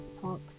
talk